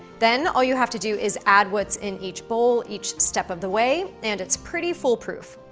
then, all you have to do is add what's in each bowl each step of the way, and it's pretty foolproof.